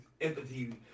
empathy